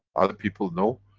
other people know,